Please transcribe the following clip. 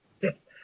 Yes